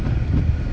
ah